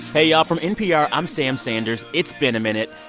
hey, y'all. from npr, i'm sam sanders. it's been a minute.